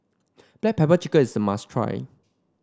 Black Pepper Chicken is a must try